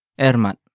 Ermat